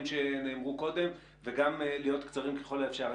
שנאמרו קודם וגם להיות קצרים ככל האפשר.